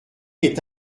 est